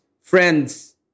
Friends